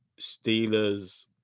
Steelers